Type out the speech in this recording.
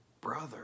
brother